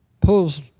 pulls